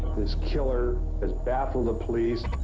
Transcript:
this killer has baffled the police.